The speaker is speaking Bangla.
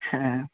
হ্যাঁ